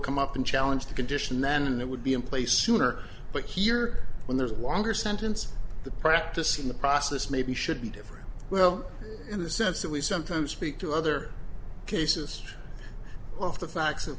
come up and challenge the condition then that would be in place sooner but here when there's a longer sentence the practice in the process maybe should be different well in the sense that we sometimes speak to other cases of the facts of